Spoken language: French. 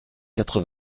quatre